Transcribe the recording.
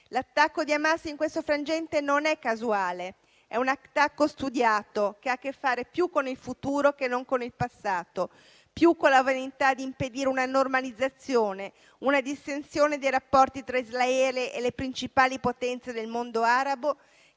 L'attacco di Hamas in questo frangente non è casuale, è un attacco studiato che ha a che fare più con il futuro che non con il passato, più con la volontà di impedire una normalizzazione, una distensione dei rapporti tra Israele e le principali potenze del mondo arabo